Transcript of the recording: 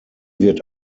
wird